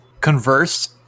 converse